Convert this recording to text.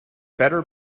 better